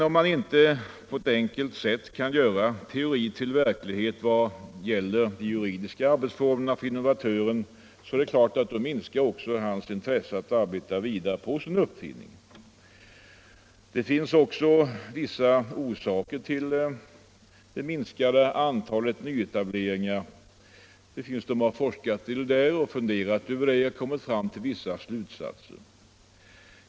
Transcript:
Om man inte på ett enkelt sätt kan göra teori till verklighet vad gäller de juridiska arbetsformerna för innovatören minskar också dennes intresse att arbeta vidare på sin uppfinning. Näringspolitiken Mindre och medelstora företag Näringspolitiken Mindre och medelstora företag 210 Naturligtvis finns det vissa orsaker till det minskade antalet nyetableringar. Det finns de som har forskat i detta och kommit fram till vissa slutsatser.